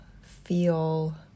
feel